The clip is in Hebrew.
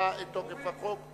המאריכה את תוקף החוק.